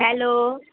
hello